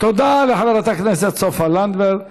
תודה לחברת הכנסת סופה לנדבר.